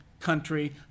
Country